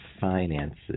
finances